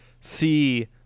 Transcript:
see